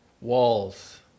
walls